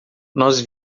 nós